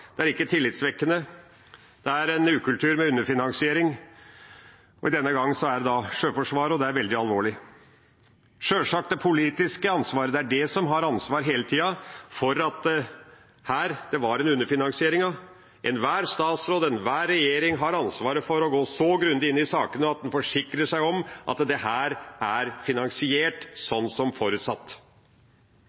Det er ikke tillitvekkende. Det er en ukultur med underfinansiering. Denne gangen er det Sjøforsvaret, og det er veldig alvorlig. Sjølsagt er det det politiske ansvaret som hele tida har ansvar for at her var det en underfinansiering. Enhver statsråd, enhver regjering har ansvar for å gå så grundig inn i sakene at en forsikrer seg om at dette er finansiert som forutsatt.